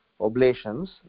oblations